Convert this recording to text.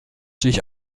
sich